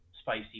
Spicy